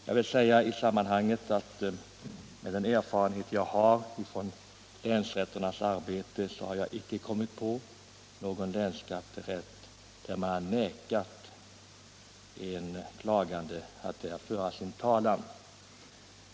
Jag vill i det sammanhanget nämna att jag har erfarenhet av länsrätternas arbete, men jag har icke kommit på någon länsskatterätt där man nekat en klagande att föra sin talan.